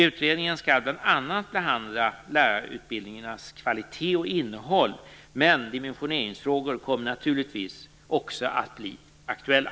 Utredningen skall bl.a. behandla lärarutbildningarnas kvalitet och innehåll, men dimensioneringsfrågor kommer naturligtvis också att bli aktuella.